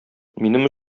минем